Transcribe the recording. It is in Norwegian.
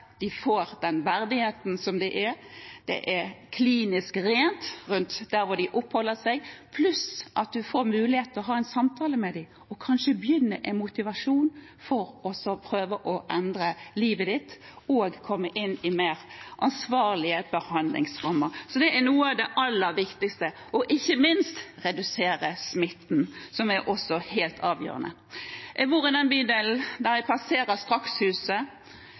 de får den verdigheten ved at det er klinisk rent rundt der de oppholder seg, pluss at man får mulighet til å ha en samtale med dem, og kanskje blir de motivert til å prøve å endre livet sitt og komme inn i mer ansvarlige behandlingsrammer. Det er noe av det aller viktigste, og ikke minst er det å redusere smitte noe som også er helt avgjørende. Jeg bor i den bydelen der jeg passerer